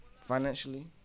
financially